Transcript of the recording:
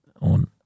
on